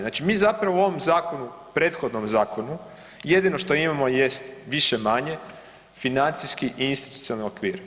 Znači mi zapravo u ovom zakonu, prethodnom zakonu jedino što imamo jest više-manje financijski i institucionalni okvir.